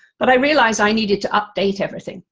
but i realized i needed to update everything.